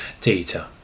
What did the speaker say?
data